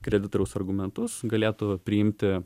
kreditoriaus argumentus galėtų priimti